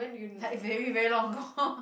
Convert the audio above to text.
like very very long ago